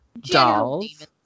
Dolls